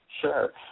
Sure